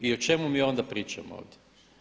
I o čemu mi onda pričamo ovdje?